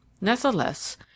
Nevertheless